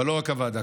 אבל לא רק הוועדה,